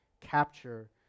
capture